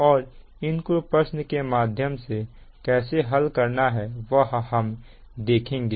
और इनको प्रश्न के माध्यम से कैसे हल करना है वह हम देखेंगे